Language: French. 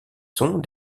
sons